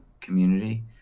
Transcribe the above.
community